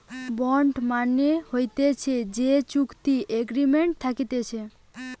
bond মানে হতিছে যে চুক্তি এগ্রিমেন্ট থাকতিছে